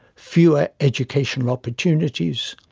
fewer educational opportunities,